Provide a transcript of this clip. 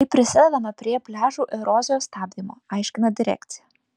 taip prisidedama prie pliažų erozijos stabdymo aiškina direkcija